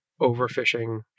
overfishing